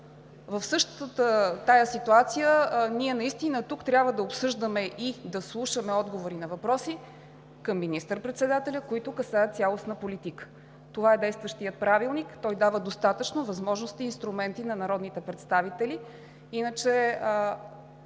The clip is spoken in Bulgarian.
В същата тази ситуация ние наистина тук трябва да обсъждаме и да слушаме отговори на въпроси към министър-председателя, които касаят цялостна политика. Това е действащият Правилник. Той дава достатъчно възможности и инструменти на народните представители.